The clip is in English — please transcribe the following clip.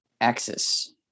Axis